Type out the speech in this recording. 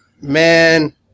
man